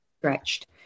stretched